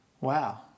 Wow